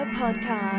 podcast